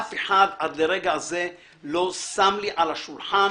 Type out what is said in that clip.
אף אחד עד לרגע זה לא שם לי על השולחן